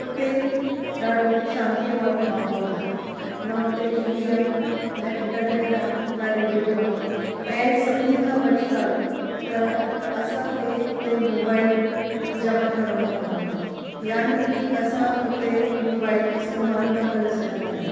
हुते ॾाढो शांतीअ वारो माहोल आहे न हुते टी वी आहे न इंटर्नेट आहे न रेडिओ आहे ऐं सभिनी खां वॾी ॻाल्हि त असांखे हुते मोबाइल जमा करणो पवंदो आहे यानि की असां हुते मोबाइल इस्तेमालु न करे सघंदा आहियूं